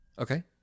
Okay